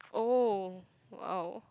oh !wow!